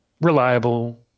reliable